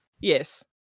Yes